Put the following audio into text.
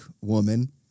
woman